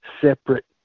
separate